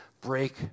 break